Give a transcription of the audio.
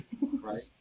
Right